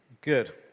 Good